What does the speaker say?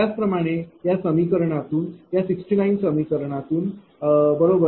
त्याचप्रमाणे या समीकरणातून या 69 समीकरणातून बरोबर